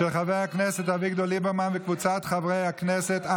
של חבר הכנסת אביגדור ליברמן וקבוצת חברי הכנסת?